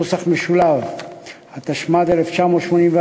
התשמ"ד 1984,